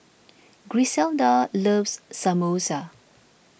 Griselda loves Samosa